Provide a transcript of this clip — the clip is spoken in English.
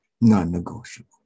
Non-negotiable